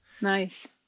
Nice